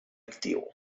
actiu